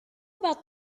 about